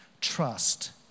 Trust